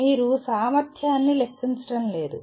మీరు సామర్థ్యాన్ని లెక్కించడం లేదు